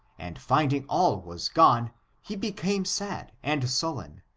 and finding all was gone he become sad and sullen,